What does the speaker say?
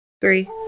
Three